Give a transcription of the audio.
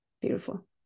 Beautiful